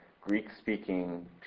Greek-speaking